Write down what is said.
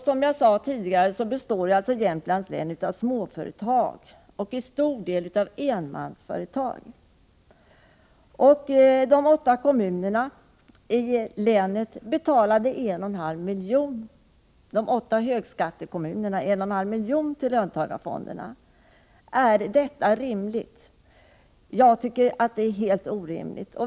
Som jag sade tidigare har Jämtlands län huvudsakligen småföretag, till stor del enmansföretag. De åtta högskattekommunerna i länet betalade 1984 drygt 1,5 milj.kr. till löntagarfonden. Är detta rimligt? Jag tycker att det är helt orimligt.